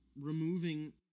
removing